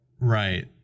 Right